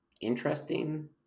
interesting